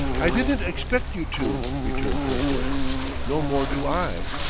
i didn't expect you to, returned kirkwood no more do i.